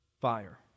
fire